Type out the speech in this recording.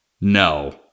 no